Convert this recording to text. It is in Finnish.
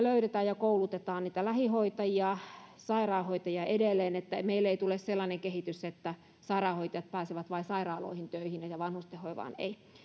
löydetään ja koulutetaan lähihoitajia ja sairaanhoitajia edelleen että meille ei tule sellainen kehitys että sairaanhoitajat pääsevät vain sairaaloihin töihin ja ja vanhustenhoivaan eivät